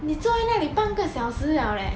你坐在哪里半个小时 liao leh